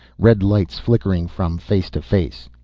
red lights flickering from face to face.